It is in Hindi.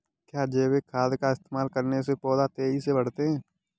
क्या जैविक खाद का इस्तेमाल करने से पौधे तेजी से बढ़ते हैं?